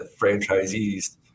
franchisees